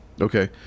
okay